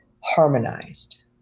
harmonized